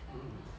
mm